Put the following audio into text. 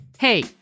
Hey